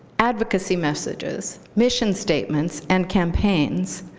advocacy messages, mission statements, and campaigns,